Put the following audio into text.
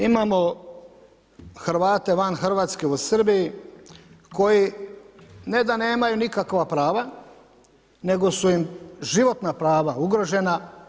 Imamo Hrvate van Hrvatske u Srbiji koji ne da nemaju nikakva prava, nego su im životna prava ugrožena.